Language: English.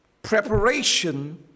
Preparation